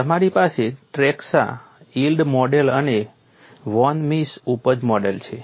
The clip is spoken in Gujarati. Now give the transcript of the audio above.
તમારી પાસે ટ્રેસ્કા યીલ્ડ મોડેલ અને વોન મિસ્સ ઉપજ મોડેલ છે